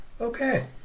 Okay